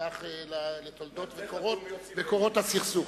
נדבך מסוים לתולדות ולקורות הסכסוך.